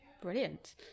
brilliant